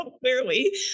clearly